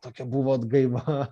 tokia buvo atgaiva